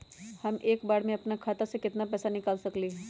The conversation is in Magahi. हम एक बार में अपना खाता से केतना पैसा निकाल सकली ह?